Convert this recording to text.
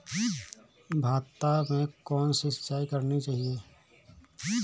भाता में कौन सी सिंचाई करनी चाहिये?